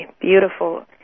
beautiful